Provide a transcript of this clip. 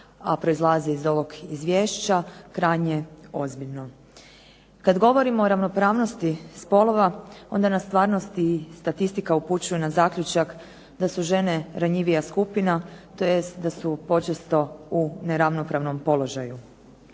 a proizlazi iz ovog izvješća krajnje ozbiljno. Kad govorimo o ravnopravnosti spolova onda nas stvarnost i statistika upućuje na zaključak da su žene ranjivija skupina tj. da su počesto u neravnopravnom položaju.